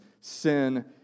sin